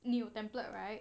你有 template right